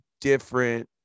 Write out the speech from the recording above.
different